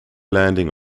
landing